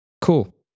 Cool